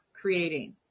creating